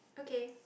okay